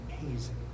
amazing